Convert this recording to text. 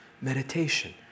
Meditation